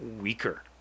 weaker